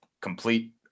complete